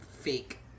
fake